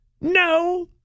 No